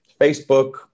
Facebook